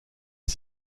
est